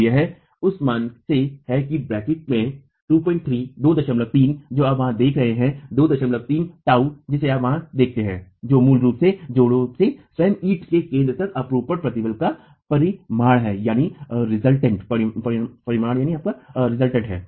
तो यह उस मान से है कि ब्रैकेट में 23 जो आप वहां देखते हैं 23τ जिसे आप वहां देखते हैं जो मूल रूप से जोड़ों से स्वयं ईट के केंद्र तक अपरूपण प्रतिबल का परिमाण है